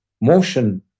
motion